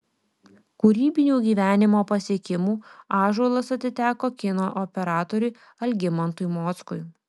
kūrybinių gyvenimo pasiekimų ąžuolas atiteko kino operatoriui algimantui mockui